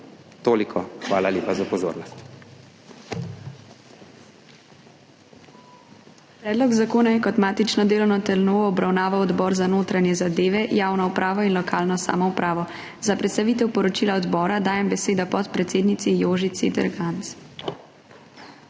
Toliko. Hvala lepa za pozornost.